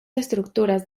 estructuras